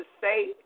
say